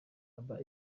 aba